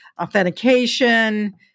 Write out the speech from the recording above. authentication